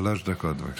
שלוש דקות, בבקשה.